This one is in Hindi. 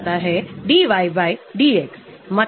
stick descriptors volume